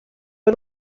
ari